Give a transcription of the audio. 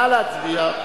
נא להצביע.